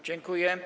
Dziękuję.